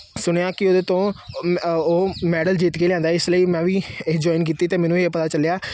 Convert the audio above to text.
ਸੁਣਿਆ ਕਿ ਉਹਦੇ ਤੋਂ ਉਹ ਮੈਡਲ ਜਿੱਤ ਕੇ ਲਿਆਉਂਦਾ ਇਸ ਲਈ ਮੈਂ ਵੀ ਇਹ ਜੁਆਇਨ ਕੀਤੀ ਅਤੇ ਮੈਨੂੰ ਇਹ ਪਤਾ ਚੱਲਿਆ